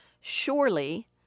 surely